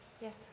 Yes